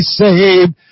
saved